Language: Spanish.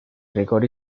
rigor